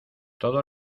todo